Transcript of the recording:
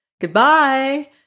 Goodbye